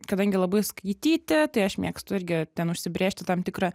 kadangi labai skaityti tai aš mėgstu irgi ten užsibrėžti tam tikrą